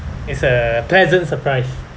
it's a pleasant surprise